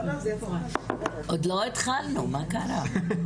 זה כשלעצמו יש בו איזושהי אמירה דקלרטיבית שאומרת,